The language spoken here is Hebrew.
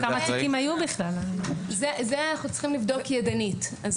את זה אנחנו צריכים לבדוק ידנית.